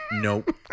Nope